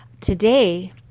Today